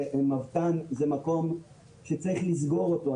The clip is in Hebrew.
מבת"ן זה מקום שצריך לסגור אותו,